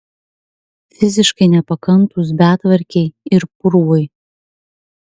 fiziškai nepakantūs betvarkei ir purvui